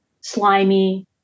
slimy